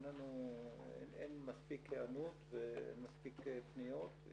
אין מספיק היענות ומספיק פניות.